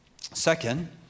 Second